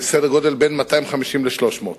סדר גודל, בין 250 ל-300.